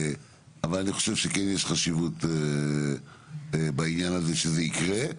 אבל אני חושב שכן יש חשיבות בעניין הזה שזה יקרה.